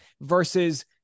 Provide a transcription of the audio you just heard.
versus